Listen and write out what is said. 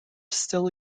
still